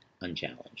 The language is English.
unchallenged